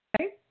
okay